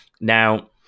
Now